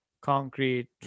Concrete